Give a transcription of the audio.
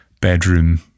bedroom